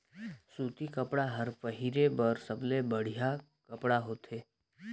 सूती कपड़ा हर पहिरे बर सबले बड़िहा कपड़ा होथे